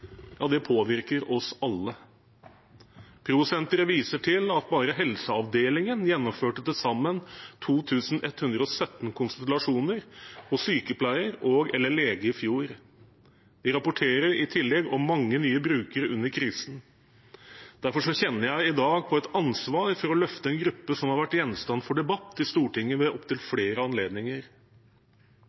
påvirker oss alle. Pro Sentret viser til at bare helseavdelingen gjennomførte til sammen 2 117 konsultasjoner hos sykepleier og/eller lege i fjor. De rapporterer i tillegg om mange nye brukere under krisen. Derfor kjenner jeg i dag på et ansvar for å løfte en gruppe som har vært gjenstand for debatt i Stortinget ved opptil flere anledninger.